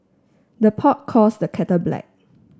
the pot calls the kettle black